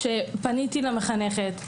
כשפניתי למחנכת,